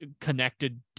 connected